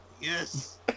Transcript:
Yes